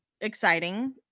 Exciting